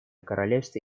королевство